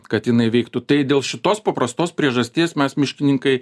kad jinai veiktų tai dėl šitos paprastos priežasties mes miškininkai